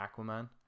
Aquaman